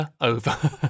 over